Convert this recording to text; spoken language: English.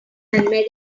merry